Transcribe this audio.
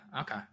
okay